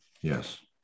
yes